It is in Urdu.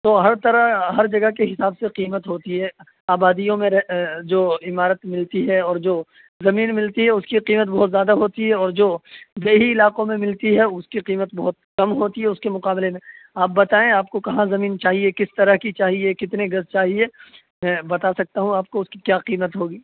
تو ہر طرح ہر جگہ کے حساب سے قیمت ہوتی ہے آبادیوں میں رہ جو عمارت ملتی ہے اور جو زمین ملتی ہے اس کی قیمت بہت زیادہ ہوتی ہے اور جو دیہی علاقوں میں ملتی ہے اس کی قیمت بہت کم ہوتی ہے اس کے مقابلے میں آپ بتائیں آپ کو کہاں زمین چاہیے کس طرح کی چاہیے کتنے گز چاہیے بتا سکتا ہوں آپ کو اس کی کیا قیمت ہو گی